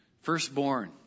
Firstborn